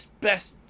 best